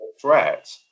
threat